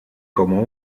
como